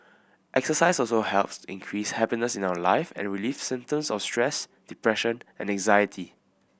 exercise also helps increase happiness in our life and relieve symptoms of stress depression and anxiety